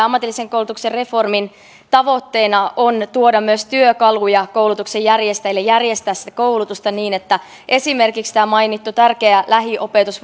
ammatillisen koulutuksen reformin tavoitteena on tuoda myös työkaluja koulutuksen järjestäjille järjestää sitä koulutusta niin että esimerkiksi tämä mainittu tärkeä lähiopetus